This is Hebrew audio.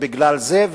ובגלל זה,